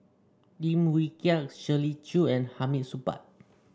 Lim Wee Kiak Shirley Chew and Hamid Supaat